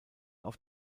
auf